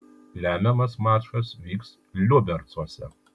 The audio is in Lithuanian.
lemiamas mačas vyks liubercuose